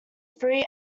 free